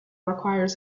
requires